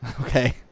Okay